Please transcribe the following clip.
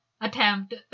attempt